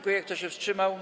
Kto się wstrzymał?